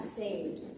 saved